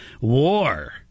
War